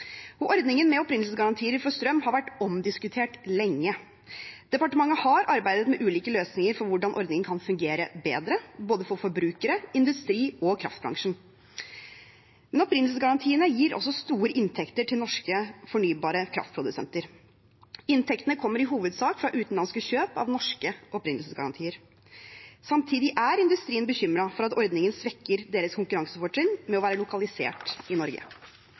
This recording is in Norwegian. Ordningen med opprinnelsesgarantier for strøm har vært omdiskutert lenge. Departementet har arbeidet med ulike løsninger for hvordan ordningen kan fungere bedre for både forbrukere, industri og kraftbransjen. Opprinnelsesgarantiene gir også store inntekter til norske produsenter av fornybar kraft. Inntektene kommer i hovedsak fra utenlandske kjøp av norske opprinnelsesgarantier. Samtidig er industrien bekymret for at ordningen svekker deres konkurransefortrinn med å være lokalisert i Norge.